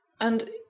And